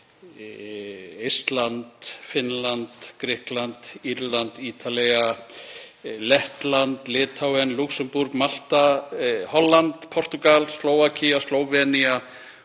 Eistland, Finnland, Grikkland, Írland, Ítalía, Lettland, Litháen, Lúxemborg, Malta, Holland, Portúgal, Slóvakía, Slóvenía